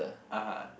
(uh huh)